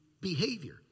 behavior